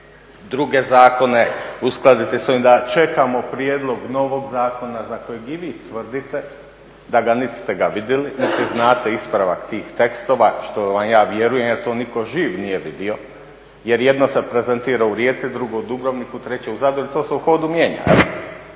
druge zakone uskladiti da čekamo prijedlog novog zakona za kojeg i vi tvrdite da ga niti ste ga vidjeli niti znate ispravak tih tekstova što vam ja vjerujem jer to nitko živ nije vidio jer jedno se prezentira u Rijeci drugo u Dubrovniku, treće u Zadru i to se u hodu mijenja,